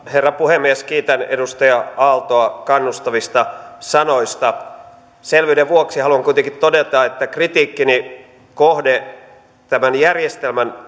herra puhemies kiitän edustaja aaltoa kannustavista sanoista selvyyden vuoksi haluan kuitenkin todeta että kritiikkini kohde tämän järjestelmän